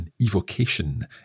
evocation